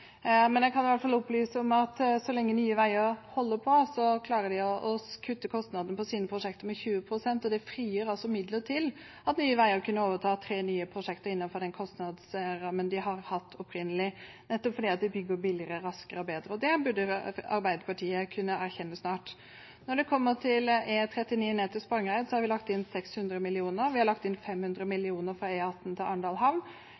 Men jeg kan i hvert fall opplyse om at så lenge Nye Veier holder på, klarer de å kutte kostnadene på prosjektene sine med 20 pst., og det frigir altså midler til at Nye Veier har kunnet overta tre nye prosjekter innenfor den kostnadsrammen de har hatt opprinnelig – nettopp fordi de bygger billigere, raskere og bedre. Det burde Arbeiderpartiet kunne erkjenne snart. Når det gjelder E39 ned til Spangereid, har vi lagt inn 600 mill. kr. Vi har lagt inn 500 mill. kr for E18 til Arendal havn.